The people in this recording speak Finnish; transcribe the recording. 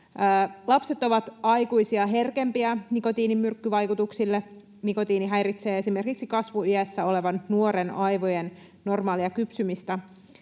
Lapset ovat aikuisia herkempiä nikotiinin myrkkyvaikutuksille. Nikotiini häiritsee esimerkiksi kasvuiässä olevan nuoren aivojen normaalia kypsymistä.